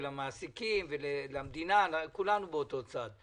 למעסיקים ולמדינה בזה אנחנו באותו צד.